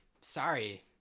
Sorry